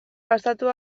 gastatu